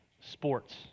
sports